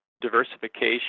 diversification